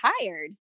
tired